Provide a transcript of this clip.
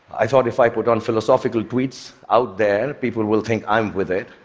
i thought if i put on philosophical tweets out there people will think i'm with it,